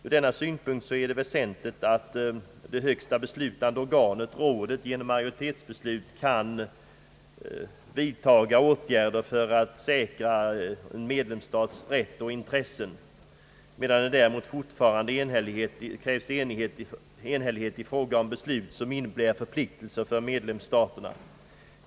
Ur denna synpunkt är det väsentligt att det högsta beslutande organet, rådet, genom majoritetsbeslut kan vidtaga åtgärder för att säkra medlemsstats rätt och intressen, medan det däremot fortfarande krävs enhällighet i fråga om beslut som innebär förpliktelser för medlemsstaterna.